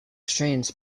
strains